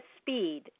speed